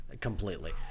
completely